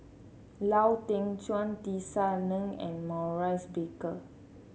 Lau Teng Chuan Tisa Ng and Maurice Baker